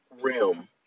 realm